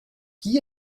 qui